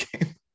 game